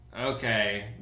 okay